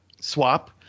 swap